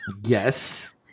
Yes